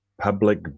public